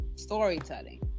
storytelling